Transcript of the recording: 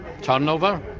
turnover